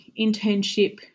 internship